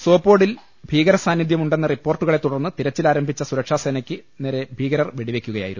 സോപോഡിൽ ഭീകര സാന്നിധ്യം ഉണ്ടെന്ന റിപ്പോർട്ടുകളെ തുടർന്ന് തിരച്ചിൽ ആരംഭിച്ച സുരക്ഷാസേനയ്ക്ക് നേരെ ഭീകരർ വെടിവെക്കുകയായിരുന്നു